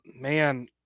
Man –